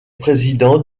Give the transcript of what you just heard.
président